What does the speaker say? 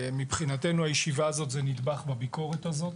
מבחינתנו, הישיבה הזו היא נדבך בביקורת הזו.